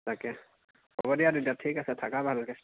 তাকে হ'ব দিয়া তেতিয়া ঠিক আছে থাকা ভালকৈ